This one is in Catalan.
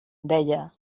deia